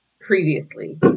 previously